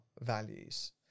values